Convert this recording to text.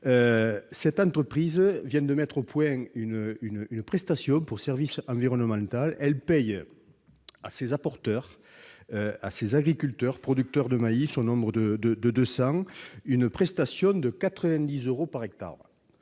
Cette entreprise vient de mettre au point une prestation pour services environnementaux. Elle paie à ses « apporteurs », à ses agriculteurs producteurs de maïs, qui sont au nombre de deux cents, une prestation de 90 euros par hectare,